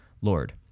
Lord